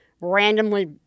randomly